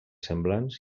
semblants